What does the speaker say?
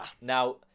Now